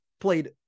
Played